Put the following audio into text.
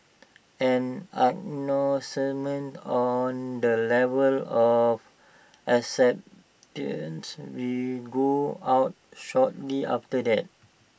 an announcement on the level of acceptances will go out shortly after that